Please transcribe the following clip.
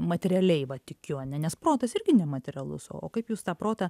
materialiai va tikiu ane nes protas irgi nematerialus o kaip jūs tą protą